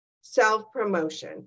self-promotion